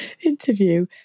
interview